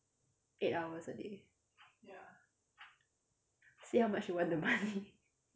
eight hours a day see how much you want the money